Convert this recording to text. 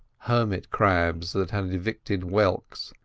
hermit crabs that had evicted whelks,